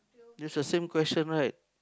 is the same question right